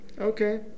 Okay